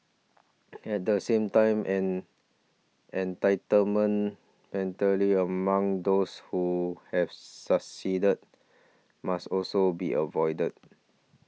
at the same time an entitlement mentally among those who have succeeded must also be avoided